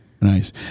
Nice